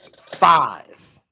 five